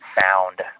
sound